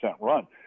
run